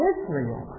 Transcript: Israel